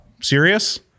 serious